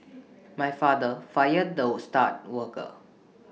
my father fired the star worker